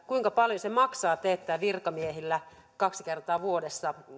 kuinka paljon maksaa teettää virkamiehillä kaksi kertaa vuodessa